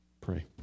Pray